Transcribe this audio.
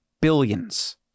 billions